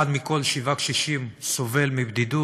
אחד מכל שבעה קשישים סובל מבדידות.